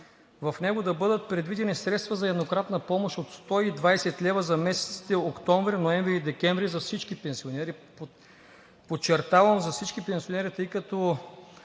В него да бъдат предвидени средства за еднократна помощ от 120 лв. за месеците октомври, ноември и декември за всички пенсионери, подчертавам: за всички пенсионери, тъй като